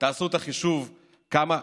תעשו את החישוב כמה,